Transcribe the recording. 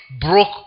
broke